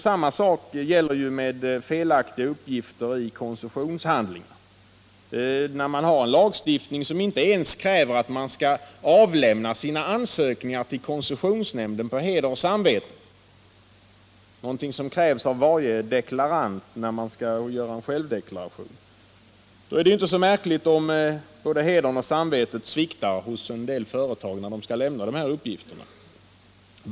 Samma sak gäller felaktiga uppgifter i koncessionshandlingar. När lagstiftningen inte ens kräver att ansökningar till koncessionsnämnden skall lämnas på heder och samvete — någonting som krävs av var och en som har att avlämna självdeklaration — då är det ju inte så märkligt om både hedern och samvetet sviktar hos en del företag när de skall lämna sina uppgifter.